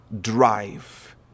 drive